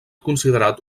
considerat